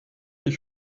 ich